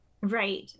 right